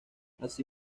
así